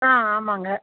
ஆ ஆமாங்க